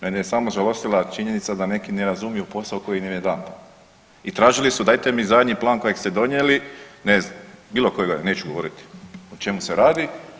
Mene je samo žalostila činjenica da neki ne razumiju posao koji im je dan i tražili su dajte mi zadnji plan kojeg ste donijeli ne znam bilo koje godine, neću govoriti o čemu se radi.